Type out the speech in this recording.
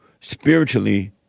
spiritually